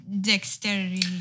dexterity